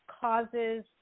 causes